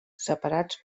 separats